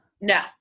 no